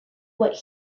what